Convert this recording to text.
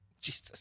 jesus